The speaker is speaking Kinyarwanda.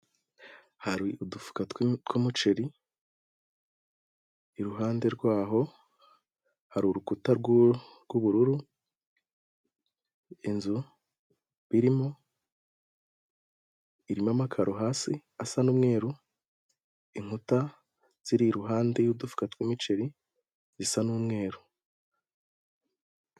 Hari udufuka tw'umuceri iruhande rwaho hari urukuta rw'ubururu, inzu birimo irimo amakaro hasi asa n'umweru inkuta ziri iruhande y'udufuka tw'imiceri zisa n'umweru.